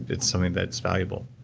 it's something that's valuable.